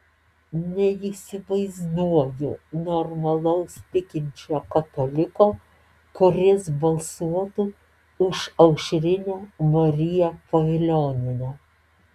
neįsivaizduoju normalaus tikinčio kataliko kuris balsuotų už aušrinę mariją pavilionienę